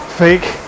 fake